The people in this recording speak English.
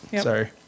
Sorry